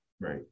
Right